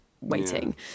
waiting